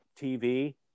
TV